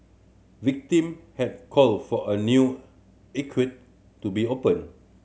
victim had called for a new to be opened